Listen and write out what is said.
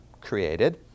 created